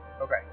Okay